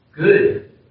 Good